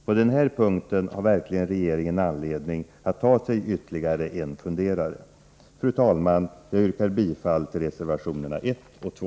På den här punkten har verkligen regeringen anledning att ta sig ytterligare en funderare. Fru talman! Jag yrkar bifall till reservationerna 1 och 2.